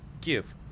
give